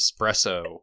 espresso